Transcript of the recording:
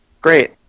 Great